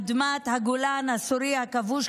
אדמת הגולן הסורי הכבוש,